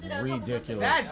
ridiculous